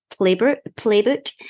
Playbook